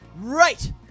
Right